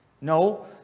No